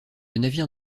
navire